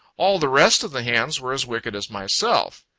all the rest of the hands were as wicked as myself.